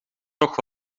toch